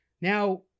Now